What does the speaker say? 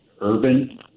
urban